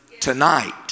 tonight